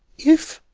if?